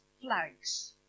flags